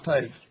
take